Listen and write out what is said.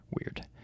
weird